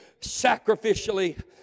sacrificially